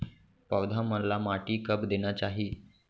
पौधा मन ला माटी कब देना चाही?